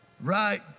right